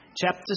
chapter